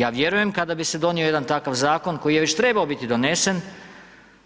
Ja vjerujem kada bi se donio jedan takav Zakon koji je već trebao biti donesen,